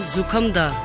Zukamda